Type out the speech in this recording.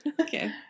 Okay